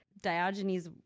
Diogenes